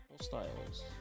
styles